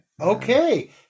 Okay